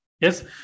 Yes